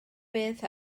beth